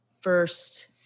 first